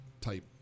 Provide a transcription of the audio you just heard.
type